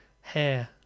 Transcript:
hair